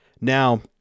Now